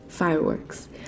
Fireworks